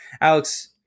Alex